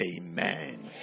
Amen